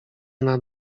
nad